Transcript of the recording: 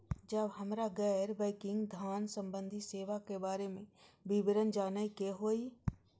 जब हमरा गैर बैंकिंग धान संबंधी सेवा के बारे में विवरण जानय के होय?